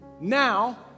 now